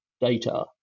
data